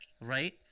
right